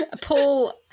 paul